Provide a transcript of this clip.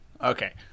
Okay